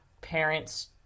parent's